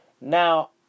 Now